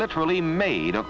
literally made up